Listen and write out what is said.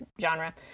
genre